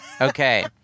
Okay